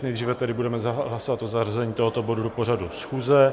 Nejdříve tedy budeme hlasovat o zařazení tohoto bodu do pořadu schůze.